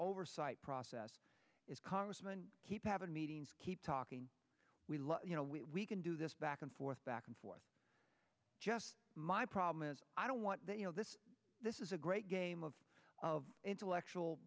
oversight process is congressman keep having meetings keep talking we love you know we can do this back and forth back and forth just my problem is i don't want that you know this this is a great game of of intellectual